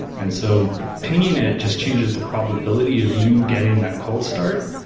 and so pinging it just changes the probability of you getting that cold start,